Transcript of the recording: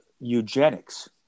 eugenics